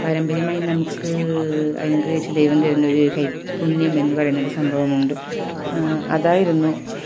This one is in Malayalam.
പാരമ്പര്യമായി നമുക്ക് അനുഗ്രഹിച്ച് ദൈവം തരുന്നൊരു കൈപ്പുണ്യം എന്ന് പറയുന്നൊരു സംഭവം ഉണ്ട് അതായിരുന്നു